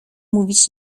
mówić